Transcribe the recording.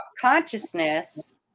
consciousness